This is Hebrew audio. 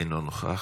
אינו נוכח.